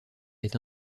est